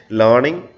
learning